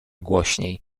głośniej